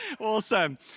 Awesome